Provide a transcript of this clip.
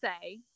say